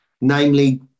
namely